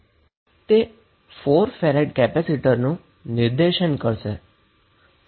તો તે 4 farad capacitor ને રજુ કરશે